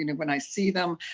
you know when i see them,